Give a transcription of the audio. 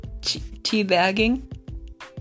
teabagging